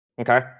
Okay